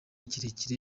kirekire